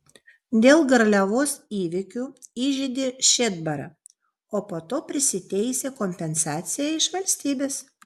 dėl garliavos įvykių įžeidė šedbarą o po to prisiteisė kompensaciją iš valstybės